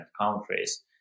countries